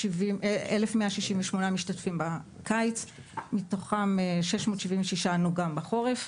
1,168 משתתפים בקיץ, מתוכם 676 ענו גם בחורף.